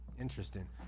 Interesting